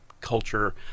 culture